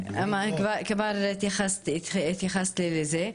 כבר התייחסתי לזה.